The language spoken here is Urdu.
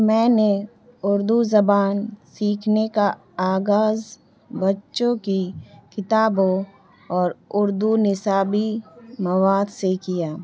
میں نے اردو زبان سیکھنے کا آغاز بچوں کی کتابوں اور اردو نصابی مواد سے کیا